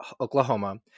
Oklahoma